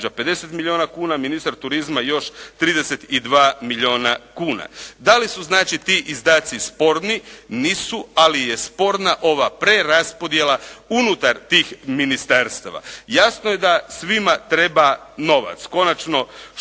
50 milijuna kuna, ministar turizma još 32 milijuna kuna. Da li su znači ti izdaci sporni? Nisu, ali je sporna ova preraspodjela unutar tih ministarstava. Jasno je da svima treba novac.